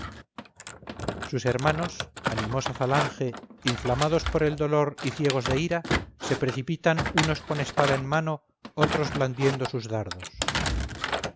sus hermanos animosa falange inflamados por el dolor y ciegos de ira se precipitan unos con espada en mano otros blandiendo sus dardos